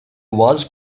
was